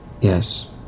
Yes